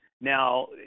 Now